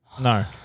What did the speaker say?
No